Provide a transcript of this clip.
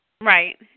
Right